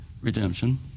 redemption